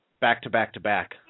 back-to-back-to-back